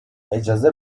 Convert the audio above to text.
اجازه